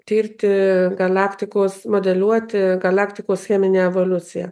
tirti galaktikos modeliuoti galaktikos cheminę evoliuciją